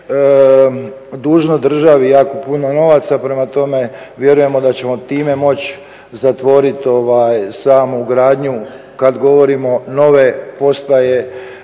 dužno državi jako puno novaca, prema tome vjerujem da ćemo time moći zatvoriti samu gradnju kada govorimo nove postaje,